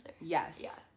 Yes